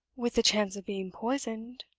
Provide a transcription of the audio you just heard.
with the chance of being poisoned,